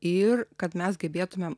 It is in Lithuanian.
ir kad mes gebėtumėm